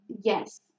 Yes